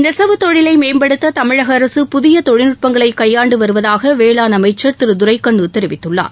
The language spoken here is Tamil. நெசவுத் தொழிலை மேம்படுத்த தமிழக அரசு புதிய தொழில்நட்பங்களை கையாண்டு வருவதாக வேளாண் அமைச்சர் திரு துரைக்கண்ணு தெரிவித்துள்ளார்